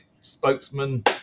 spokesman